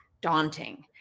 daunting